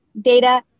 data